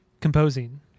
composing